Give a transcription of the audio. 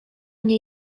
nie